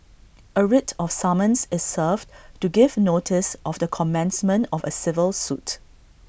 A writ of summons is served to give notice of the commencement of A civil suit